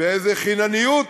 באיזו חינניות,